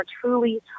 truly